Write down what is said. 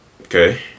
Okay